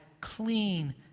clean